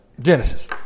Genesis